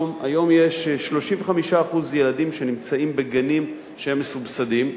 היום 35% מהילדים שנמצאים בגנים הם מסובסדים.